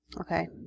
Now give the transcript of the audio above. Okay